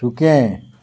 सुकें